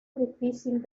difícil